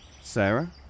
Sarah